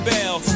Bell